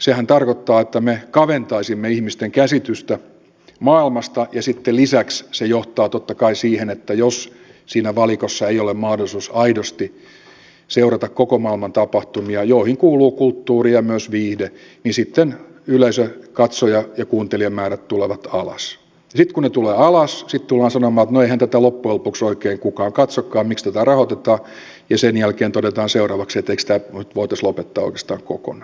sehän tarkoittaa että me kaventaisimme ihmisten käsitystä maailmasta ja sitten lisäksi se johtaa totta kai siihen että jos siinä valikossa ei ole mahdollisuutta aidosti seurata koko maailman tapahtumia joihin kuuluu kulttuuri ja myös viihde niin sitten yleisö katsoja ja kuuntelijamäärät tulevat alas ja sitten kun ne tulevat alas tullaan sanomaan että eihän tätä loppujen lopuksi oikein kukaan katsokaan miksi tätä rahoitetaan ja sen jälkeen todetaan seuraavaksi että eikö tämä voitaisi lopettaa oikeastaan kokonaan